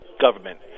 government